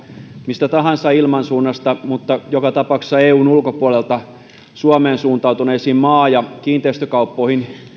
mistä tahansa ilmansuunnasta mutta joka tapauksessa eun ulkopuolelta suomeen suuntautuneisiin maa ja kiinteistökauppoihin